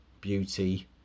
beauty